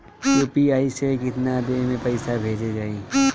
UPI से केतना देर मे पईसा भेजा जाई?